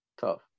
tough